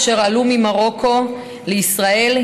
אשר עלו ממרוקו לישראל,